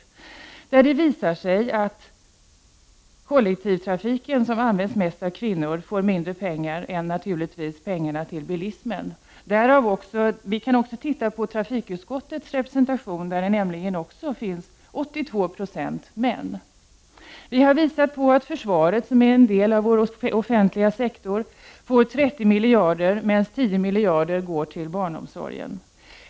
I denna undersökning har det framkommit att kollektivtrafiken, som används mest av kvinnor, får mindre pengar än bilismen. Om vi ser på trafikutskottets representation, finner vi att 82 20 av ledamöterna utgörs av män. Vi i vpk har visat att försvaret, som är en del av vår offentliga sektor, får 30 miljarder, medan 10 miljarder går till barnomsorgen.